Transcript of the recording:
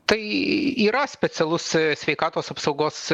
tai yra specialus sveikatos apsaugos